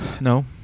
No